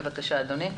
בבקשה אדוני.